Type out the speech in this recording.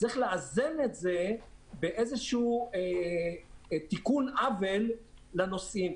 יש לאזן את זה בתיקון עוול לנוסעים.